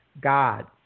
God